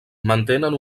mantenen